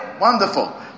Wonderful